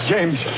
James